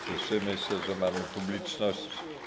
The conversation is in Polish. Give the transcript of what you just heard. Cieszymy się, że mamy publiczność.